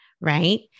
Right